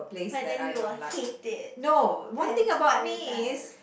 but then you will hate it the entire time